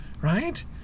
Right